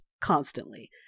constantly